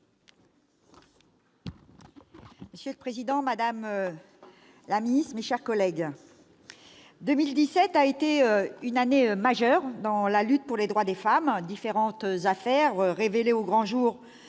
Monsieur le président, madame la ministre, mes chers collègues, 2017 a été une année majeure dans la lutte pour les droits des femmes : différentes affaires révélées au grand jour